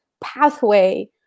pathway